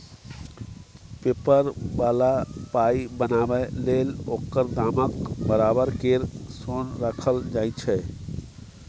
paper बला पाइ बनाबै लेल ओकर दामक बराबर केर सोन राखल जाइ छै